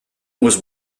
was